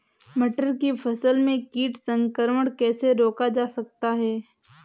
मटर की फसल में कीट संक्रमण कैसे रोका जा सकता है?